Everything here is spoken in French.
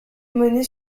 menée